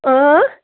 اۭں